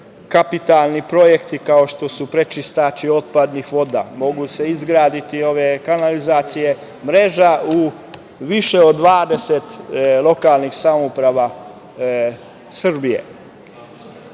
kapitalni projekti, kao što su prečistaći otpadnih voda, mogu se izgraditi kanalizaciona mreža u više od 20 lokalnih samouprava